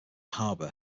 harbour